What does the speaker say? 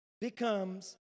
becomes